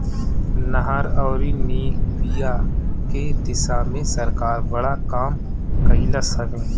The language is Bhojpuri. नहर अउरी निक बिया के दिशा में सरकार बड़ा काम कइलस हवे